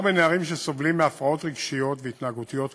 בנערים שסובלים מהפרעות רגשיות והתנהגותיות קשות.